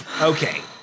Okay